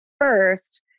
first